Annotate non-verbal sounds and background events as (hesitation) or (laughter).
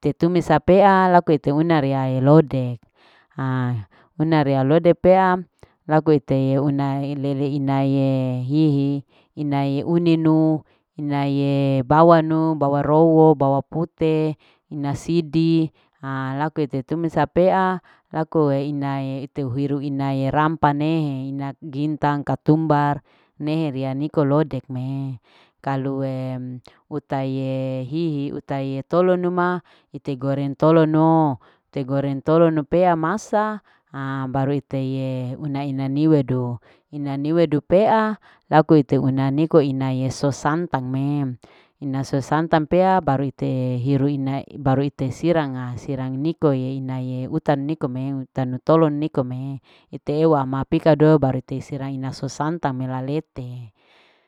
tetumis apea laku ite una rea elode (hesitation) una rea lode pea laku itee una ilele inaye hihi inaye uninu, inaye bawanu bawang rowo. bawa pute ina sidi (hesitation) laku ite itu timusa pea laku inae ite hiru inae rampa nehe ina jintang, katumbar nehe ria niko lodek me kalue utaye hihi. utaye tolo numa ite goreng tolono ite goreng tolono pea masa (hesitation) baru iteye una ina niwedu ina niwedu pea laku ite una niko inaye sosantang mem ina sosantang pea baru ite hiru ina baru ite siranga. sirange nikoye inae utanu nikome utanu tolo nikome iteu ama pikadu baru te sira ina so santang mela lete.